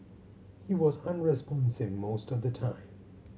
he was unresponsive most of the time